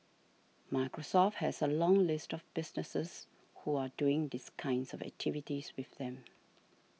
Microsoft has a long list of businesses who are doing these kinds of activities with them